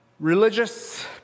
Religious